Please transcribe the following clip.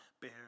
bear